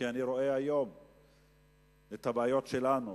כי אני רואה היום את הבעיות שלנו,